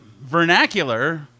Vernacular